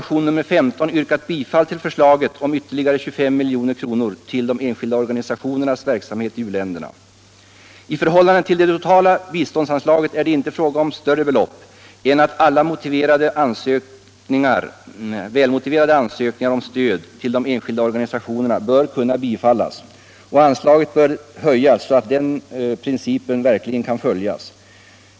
I förhållande till det totala biståndsanslaget är det inte fråga om större belopp än att alla välmotiverade ansökningar om stöd till de enskilda organisationerna bör kunna bifallas. Anslaget bör höjas så att den principen kan följas.